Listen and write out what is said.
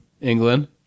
england